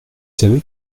savez